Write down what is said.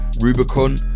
Rubicon